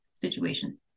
situation